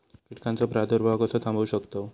कीटकांचो प्रादुर्भाव कसो थांबवू शकतव?